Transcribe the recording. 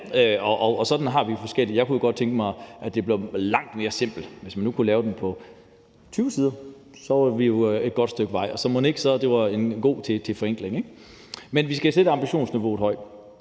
og sådan har vi det så forskelligt. Jeg kunne godt tænke mig, at det blev langt mere simpelt. Hvis man nu kunne lave den på 20 sider, var vi jo nået et godt stykke vej, og mon ikke det var en god forenkling? Men vi skal sætte ambitionsniveauet højt.